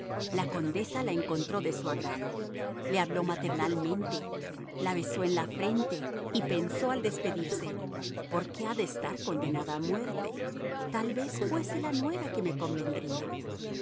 la condesa la encontró de su agrado le habló maternalmente la besó en la frente y pensó al despedirse por qué ha de estar condenada a muerte tal vez fuese la nuera que me convendría